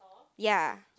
ya